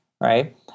right